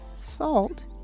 salt